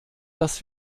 dass